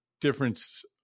difference